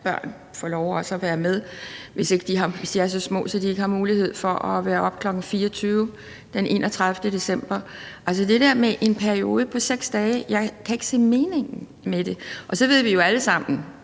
også få lov at være med, hvis de er så små, at de ikke har mulighed for at være oppe kl. 24.00 den 31. december. Det der med en periode på 6 dage kan jeg ikke se meningen med, og så ved vi jo alle sammen